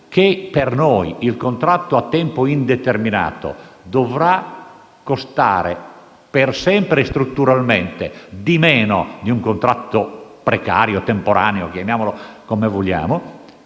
che per noi il contratto a tempo indeterminato dovrà costare, per sempre e strutturalmente, di meno di un contrario precario o temporaneo (chiamiamolo come vogliamo),